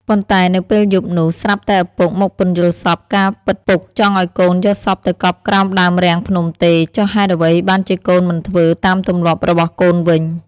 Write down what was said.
ប៉ុន្តែនៅពេលយប់នោះ ស្រាប់តែឪពុកមកពន្យល់សប្តិ ការពិតពុក ចង់ឱ្យកូនយកសពទៅកប់ក្រោមដើមរាំងភ្នំទេ! ចុះហេតុអ្វីបានជាកូនមិនធ្វើ តាមទម្លាប់របស់កូនវិញ? ។